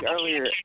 earlier